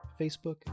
Facebook